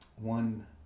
One